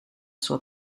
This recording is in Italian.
sua